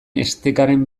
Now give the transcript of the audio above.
estekaren